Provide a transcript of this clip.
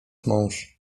mąż